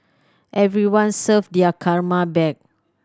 everyone serve their karma back